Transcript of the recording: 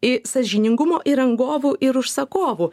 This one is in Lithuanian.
i sąžiningumo ir rangovų ir užsakovų